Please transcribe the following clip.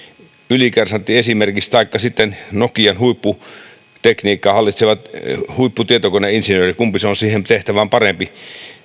ylikersantti taikka sitten nokian huipputekniikkaa hallitseva huipputietokoneinsinööri kumpi se on siihen tehtävään parempi